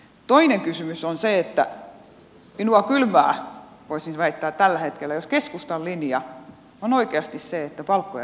toinen kysymys on se että minua kylmää voisin väittää tällä hetkellä jos keskustan linja on oikeasti se että palkkoja tulee alentaa